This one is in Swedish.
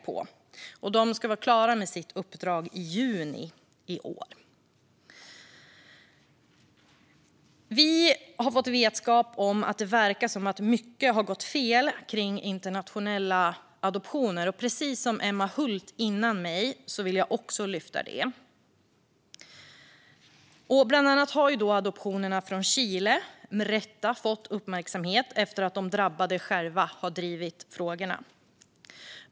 Utredningen ska vara klar med sitt uppdrag i juni i år. Vi har fått vetskap om att det verkar som att mycket har gått fel kring internationella adoptioner. Precis som Emma Hult gjorde före mig vill jag lyfta fram detta. Bland annat har adoptionerna från Chile med rätta fått uppmärksamhet efter att de drabbade själva har drivit frågorna.